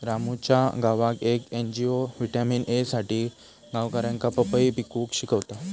रामूच्या गावात येक एन.जी.ओ व्हिटॅमिन ए साठी गावकऱ्यांका पपई पिकवूक शिकवता